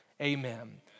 Amen